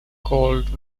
called